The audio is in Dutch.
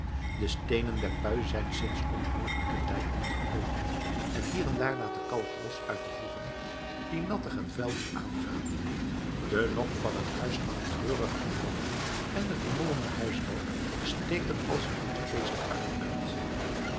de steenen der pui zijn sinds onheuglijken tijd niet geolied en hier en daar laat de kalk los uit de voegen die nattig en vuil u aangapen de nok van het huis hangt treurig voorover en de vermolmde hijschbalk steekt er als een ontvleesde arm uit